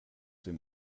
dem